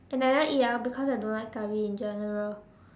and I never eat ah because I don't like Curry in general